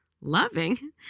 loving